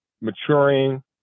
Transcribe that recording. maturing